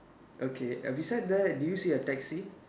okay err beside that do you see a taxi